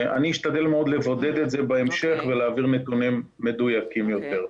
אני אשתדל מאוד לבודד את זה בהמשך ולהעביר נתונים מדויקים יותר.